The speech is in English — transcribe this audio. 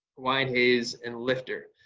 hawaiian haze and lifter.